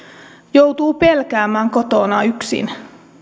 joutuu pelkäämään kotona yksin